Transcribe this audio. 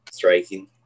Striking